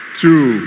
two